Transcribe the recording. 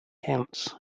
counts